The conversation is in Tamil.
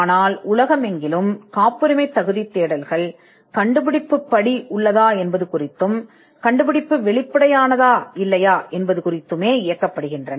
ஆனால் உலகெங்கிலும் உள்ள காப்புரிமை தேடல்கள் கண்டுபிடிப்பு படி இருக்கிறதா அல்லது கண்டுபிடிப்பு வெளிப்படையானதா இல்லையா என்பதை தீர்மானிப்பதில் இயக்கப்பட்டன